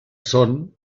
són